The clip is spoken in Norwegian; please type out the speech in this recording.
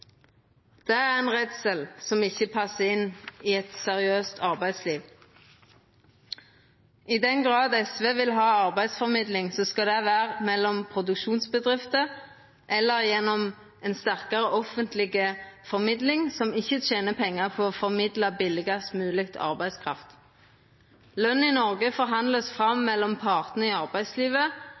Det er ein redsel som ikkje passar inn i eit seriøst arbeidsliv. I den grad SV vil ha arbeidsformidling, skal det vera mellom produksjonsbedrifter eller gjennom ei sterkare offentleg formidling som ikkje tener pengar på å formidla billegast mogleg arbeidskraft. I Noreg vert løn forhandla fram mellom partane i arbeidslivet,